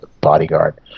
bodyguard